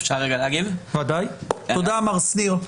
תודה מר שניר.